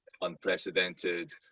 Unprecedented